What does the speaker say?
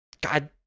god